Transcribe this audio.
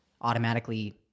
automatically